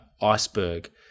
iceberg